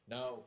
Now